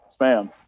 spam